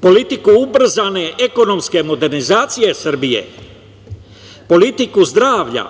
politiku ubrzane ekonomske modernizacije Srbije, politiku zdravlja